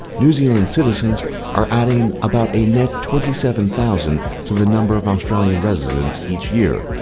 new zealand citizens are adding about a net twenty seven thousand to the number of australian residents each year,